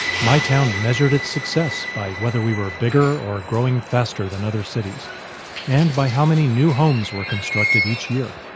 my town measured its success by whether we were bigger or growing faster than other cities and by how many new homes were constructed each year.